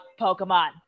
Pokemon